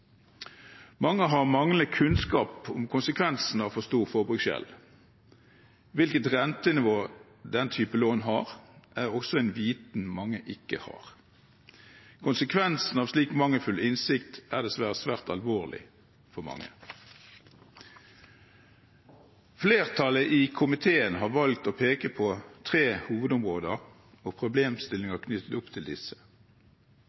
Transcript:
Mange har manglende kunnskap om konsekvensene av for stor forbruksgjeld. Hvilket rentenivå den type lån har, er også en viten mange ikke har. Konsekvensen av slik mangelfull innsikt er dessverre svært alvorlig for mange. Flertallet i komiteen har valgt å peke på tre hovedområder og